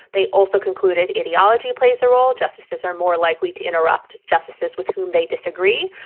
they also concluded ideology plays a role. justices are more likely to interrupt justices with whom they disagree.